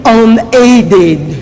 unaided